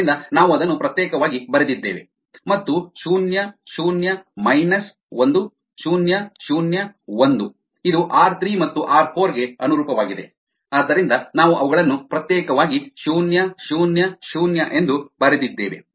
ಆದ್ದರಿಂದ ನಾವು ಅದನ್ನು ಪ್ರತ್ಯೇಕವಾಗಿ ಬರೆದಿದ್ದೇವೆ ಮತ್ತು ಶೂನ್ಯ ಶೂನ್ಯ ಮೈನಸ್ ಒಂದು ಶೂನ್ಯ ಶೂನ್ಯ ಒಂದು ಇದು ಆರ್ 3 ಮತ್ತು ಆರ್ 4 ಗೆ ಅನುರೂಪವಾಗಿದೆ ಆದ್ದರಿಂದ ನಾವು ಅವುಗಳನ್ನು ಪ್ರತ್ಯೇಕವಾಗಿ ಶೂನ್ಯ ಶೂನ್ಯ ಶೂನ್ಯ ಎಂದು ಬರೆದಿದ್ದೇವೆ